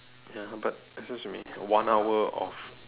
ya but excuse me one hour of